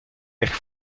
erg